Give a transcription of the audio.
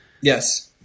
Yes